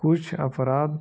کچھ افراد